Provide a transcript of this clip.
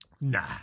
Nah